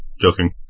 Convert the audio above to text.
Joking